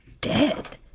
dead